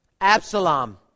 Absalom